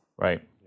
Right